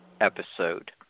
episode